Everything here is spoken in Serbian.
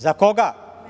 Za koga?